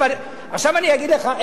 עכשיו אני אגיד לך,